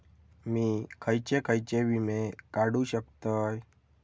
मी खयचे खयचे विमे काढू शकतय?